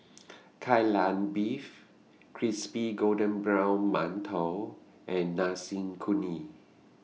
Kai Lan Beef Crispy Golden Brown mantou and Nasi Kuning